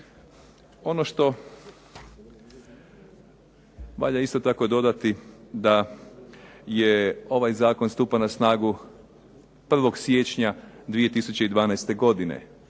Ono što valja isto tako dodati da je ovaj zakon stupa na snagu 1. siječnja 2012. godine.